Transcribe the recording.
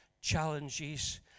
challenges